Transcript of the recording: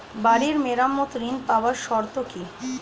বাড়ি মেরামত ঋন পাবার শর্ত কি?